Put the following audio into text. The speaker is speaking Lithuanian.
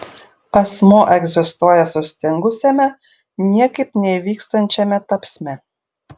asmuo egzistuoja sustingusiame niekaip neįvykstančiame tapsme